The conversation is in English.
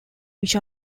which